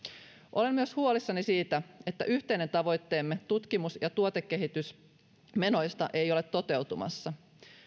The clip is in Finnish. olen myös huolissani siitä että yhteinen tavoitteemme tutkimus ja tuotekehitysmenoista ei ole toteutumassa